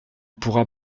pourra